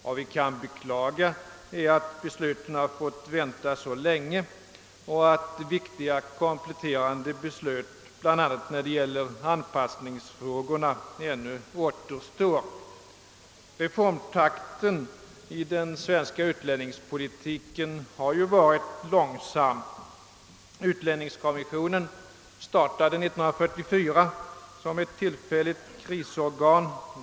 Vad vi kan beklaga är att beslutet har fått vänta så länge och att viktiga kompletterande beslut, bl.a. om anpassningsfrågorna, ännu återstår. Reformtakten i den svenska utlänningspolitiken har ju varit ganska långsam. Utlänningskommissionen startade år 1944 som ett tillfälligt krisorgan.